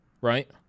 right